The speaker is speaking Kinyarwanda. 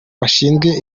bashinzwe